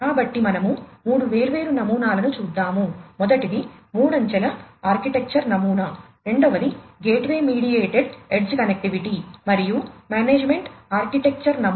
కాబట్టి మనము మూడు వేర్వేరు నమూనాలను చూద్దాము మొదటిది మూడంచెల ఆర్కిటెక్చర్ నమూనా రెండవది గేట్వే మెడియేటెడ్ ఎడ్జ్ కనెక్టివిటీ నమూనా